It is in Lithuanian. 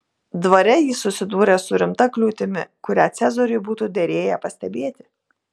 dvare ji susidūrė su rimta kliūtimi kurią cezariui būtų derėję pastebėti